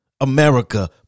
America